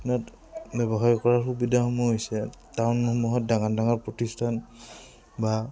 ব্যৱসায় কৰাৰ সুবিধাসমূহ হৈছে টাউনসমূহত ডাঙৰ ডাঙৰ প্ৰতিষ্ঠান বা